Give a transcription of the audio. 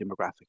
demographic